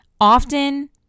often